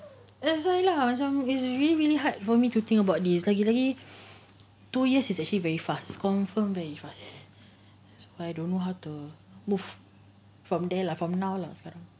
that's why lah is really really hard for me to think about this lagi lagi two years is actually very fast confirm very fast I don't know how to move from there lah from now lah